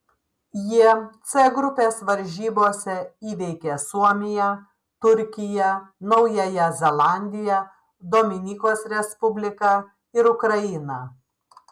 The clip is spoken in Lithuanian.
jie c grupės varžybose įveikė suomiją turkiją naująją zelandiją dominikos respubliką ir ukrainą